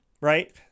right